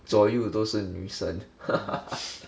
左右都是女生